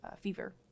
fever